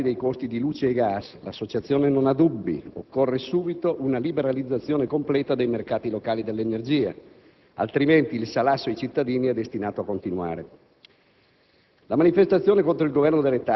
Riguardo poi ai persistenti rialzi dei costi di luce e gas, l'associazione non ha dubbi: occorre subito una liberalizzazione completa dei mercati locali delle energie, altrimenti il salasso ai cittadini è destinato a continuare.